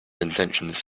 intentions